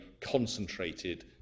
concentrated